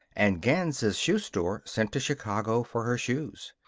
and ganz's shoe store sent to chicago for her shoes.